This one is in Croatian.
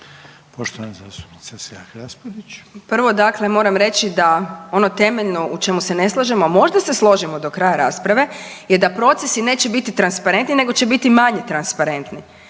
Marija (Nezavisni)** Prvo dakle moram reći da ono temeljno u čemu se ne slažemo, a možda se složimo do kraja rasprave je da procesi neće biti transparentni nego će biti manje transparentni.